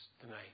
tonight